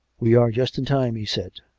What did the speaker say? we are just in time, he said.